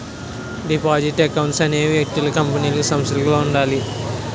deposit accounts అనేవి వ్యక్తులకు కంపెనీలకు సంస్థలకు ఉండాలి